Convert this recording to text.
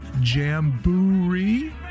Jamboree